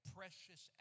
precious